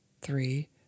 three